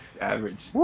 Average